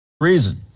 reason